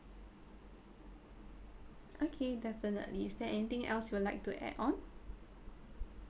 okay definitely is there anything else you would like to add on